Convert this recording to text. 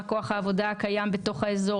מה הוא כוח העבודה הקיים בתוך האזור?